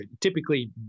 Typically